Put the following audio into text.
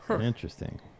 Interesting